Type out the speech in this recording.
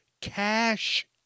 cash